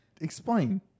Explain